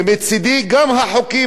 ומצדי גם החוקי,